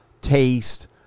taste